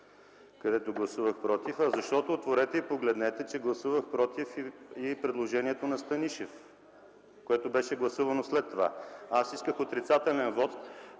където гласувах против, а защото – отворете и погледнете – гласувах „против” предложението на Станишев, което беше гласувано след това. Аз исках отрицателен вот